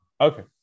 Okay